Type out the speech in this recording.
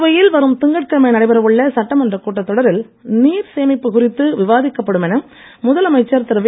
புதுவையில் வரும் திங்கட்கிழமை நடைபெறவுள்ள சட்டமன்ற கூட்டத்தொடரில் நீர் சேமிப்பு குறித்து விவாதிக்கப்படும் என முதலமைச்சர் திரு வி